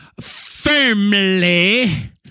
firmly